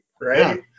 Right